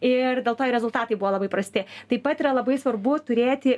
ir dėl to ir rezultatai buvo labai prasti tai pat yra labai svarbu turėti